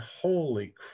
holy